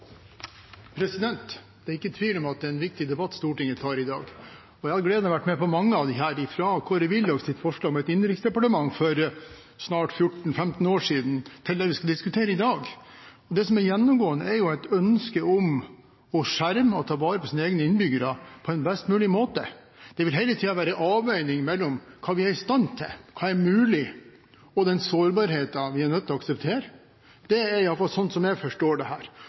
forsvarspolitikk. Det er ikke tvil om at det er en viktig debatt Stortinget tar i dag. Jeg har hatt gleden av å være med på mange av disse – fra Kåre Willochs forslag om et innenriksdepartement for snart 14–15 år siden til det vi diskuterer i dag. Det som er gjennomgående, er et ønske om å skjerme og ta vare på egne innbyggere på en best mulig måte. Det vil hele tiden være avveininger mellom hva vi er i stand til, hva som er mulig, og den sårbarheten vi er nødt til å akseptere. Det er i hvert fall slik jeg forstår dette. Det